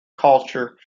culture